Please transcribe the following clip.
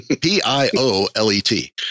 P-I-O-L-E-T